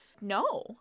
no